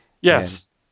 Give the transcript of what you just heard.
Yes